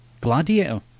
Gladiator